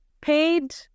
paid